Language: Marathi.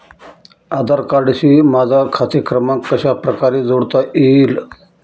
आधार कार्डशी माझा खाते क्रमांक कशाप्रकारे जोडता येईल?